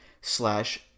slash